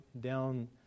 down